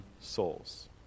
souls